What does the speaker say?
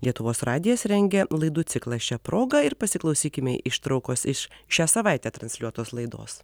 lietuvos radijas rengia laidų ciklą šia proga ir pasiklausykime ištraukos iš šią savaitę transliuotos laidos